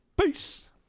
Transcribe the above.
Peace